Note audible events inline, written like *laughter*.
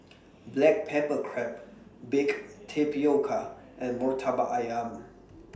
*noise* Black Pepper Crab Baked Tapioca and Murtabak Ayam *noise*